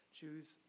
choose